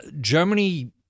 Germany